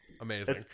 Amazing